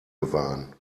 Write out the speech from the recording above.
bewahren